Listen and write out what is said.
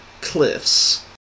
cliffs